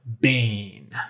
Bane